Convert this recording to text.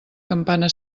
campana